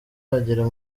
bagera